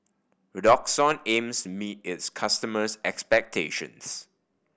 redoxon aims meet its customers' expectations